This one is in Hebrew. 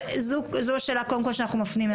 זו השאלה קודם כל שאנחנו מפנים אליך.